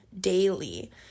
daily